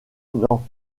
n’en